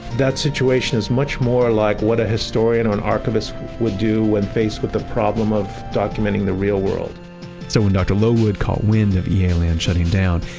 that situation is much more like what a historian or archivist would do when faced with a problem of documenting the real world so when dr. lowood caught wind of ea-land shutting down,